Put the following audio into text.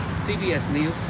cbs news,